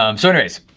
um so anyways,